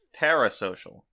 parasocial